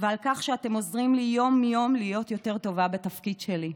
ועל כך שאתם עוזרים לי יום-יום להיות יותר טובה בתפקיד שלי.